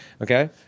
Okay